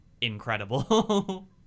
Incredible